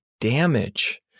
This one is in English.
damage